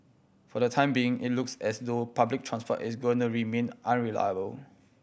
for the time being it looks as though public transport is going to remain unreliable